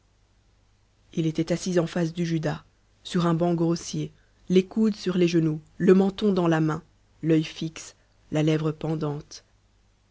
il était assis en face du judas sur un banc grossier les coudes sur les genoux le menton dans la main l'œil fixe la lèvre pendante